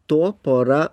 tuo pora